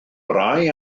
rai